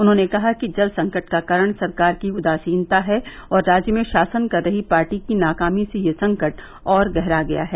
उन्होंने कहा कि जलसंकट का कारण सरकार की उदासीनता है और राज्य में शासन कर रही पार्टी की नाकामी से यह संकट और गहरा गया है